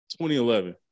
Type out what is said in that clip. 2011